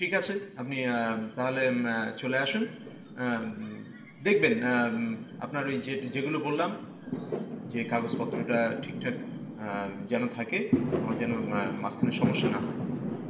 ঠিক আছে আপনি তাহলে চলে আসুন দেখবেন আপনার ওই যেগুলো বললাম যে কাগজপত্রটা ঠিকঠাক যেন থাকে আমার যেন মাসখানের সমস্যা না হয়